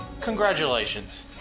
congratulations